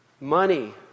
money